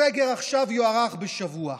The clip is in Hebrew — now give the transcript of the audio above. הסגר עכשיו יוארך בשבוע.